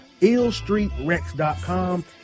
illstreetrex.com